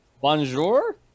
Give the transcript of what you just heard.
Bonjour